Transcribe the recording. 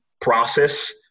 process